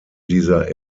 dieser